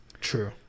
True